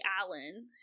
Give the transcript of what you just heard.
Allen